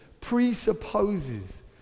presupposes